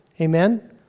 Amen